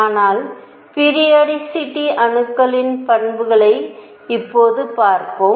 ஆனால் பிரியோடிசிட்டி அணுக்களின் பண்புகளை இப்போது பார்ப்போம்